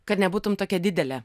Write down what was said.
kad nebūtum tokia didelė